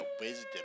wisdom